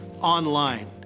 online